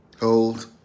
hold